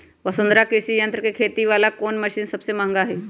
वसुंधरा कृषि यंत्र के खेती वाला कोन मशीन सबसे महंगा हई?